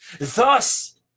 thus